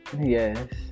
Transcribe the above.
Yes